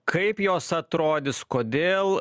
kaip jos atrodys kodėl